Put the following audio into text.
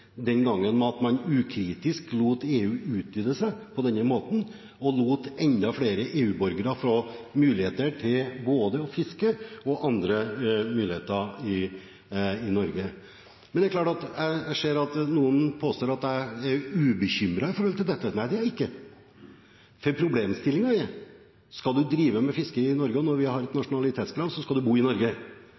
man ukritisk lot EU utvide seg på denne måten og lot enda flere EU-borgere få mulighet til både å fiske og annet i Norge. Jeg ser noen påstår at jeg er ubekymret i forhold til dette. Nei, det er jeg ikke. Problemstillingen er at skal man drive med fiske i Norge, og når vi har et nasjonalitetskrav, skal man bo i Norge,